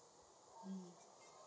um